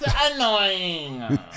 annoying